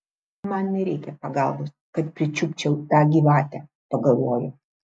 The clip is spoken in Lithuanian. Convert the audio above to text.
man nereikia pagalbos kad pričiupčiau tą gyvatę pagalvojo